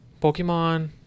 Pokemon